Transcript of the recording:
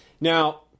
Now